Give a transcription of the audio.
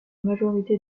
majorité